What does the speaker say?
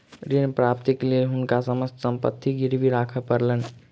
ऋण प्राप्तिक लेल हुनका समस्त संपत्ति गिरवी राखय पड़लैन